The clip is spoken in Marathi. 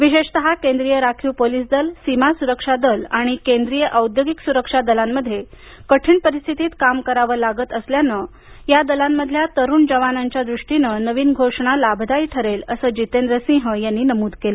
विशेषतः केंद्रीय राखीव पोलिस दल सीमा सुरक्षा दल आणि केंद्रीय औद्योगिक सुरक्षा दलांमध्ये कठीण परिस्थितीत काम करावं लागत असल्यानं या दलांमधल्या तरुण जवानांच्या दृष्टीनं नवीन घोषणा लाभदायी ठरेल असं जितेंद्रसिंह यांनी नमूद केलं